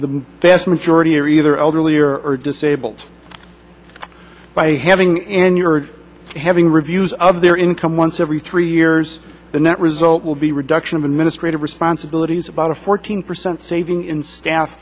the vast majority are either elderly or disabled by having endured having reviews of their income once every three years the net result will be reduction of administrative responsibilities about a fourteen percent saving in staff